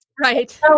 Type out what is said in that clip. right